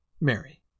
Mary